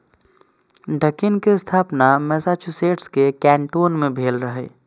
Dunkin के स्थापना Massachusetts के कैन्टोन मे भेल रहै